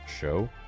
show